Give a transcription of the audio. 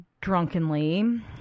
drunkenly